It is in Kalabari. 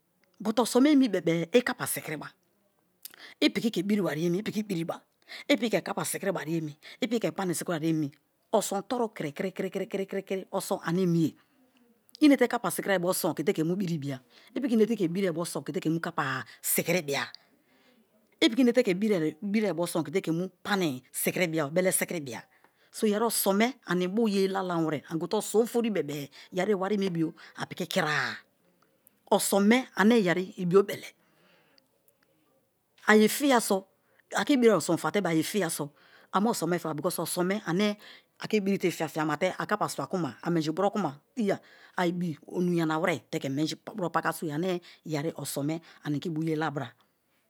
But oso̱n me emi bebe-e i̱ kapa sikiriba i piki ke biriba re emi i̱ piki biriba, i piki ke kapa sikiri-bare emi, i piki ke panị si̱ki̱ri̱-bare emi, oson toru kiri-kiri-kiri, kiri ane emi ye. I inete kapa sikirie bo oson ke mu biribiya i piki inete i ke mu birie be oson ke mu kapa sikiribia, i piki inete i ke birie bo oson ke mu pani sikiribia, bele sikiribia. So yeri oson me ani ibu ye lalawere ani gote oso̱n ofori bebe-e yeri iwamebio a piki kira-a. Oso̱n me ane yeri̱ ibiobele a ye fiya so, a ke birie be oson fate be-e aye fiya so, a mu̱ oso̱n me feba because oson me̱ ane ake biri te i fiafia ma te̱ a kapa swa kuma a̱ menji buro kuma iya a ibi onu̱ yanawere teke menji buro paka so-e ane yeri oso̱n me ani ke ibu ye la bra.